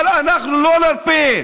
אבל אנחנו לא נרפה.